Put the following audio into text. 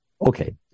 okay